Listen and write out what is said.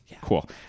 Cool